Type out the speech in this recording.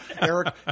Eric